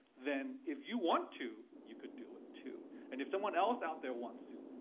then if you want to, you could do it too. and if someone else out there wants to,